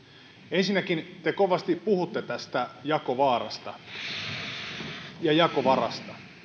ensinnäkin te kovasti puhutte jakovaarasta ja jakovarasta